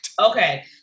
Okay